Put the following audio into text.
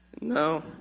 No